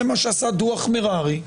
זה מה שעשה דוח מררי,